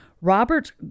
Robert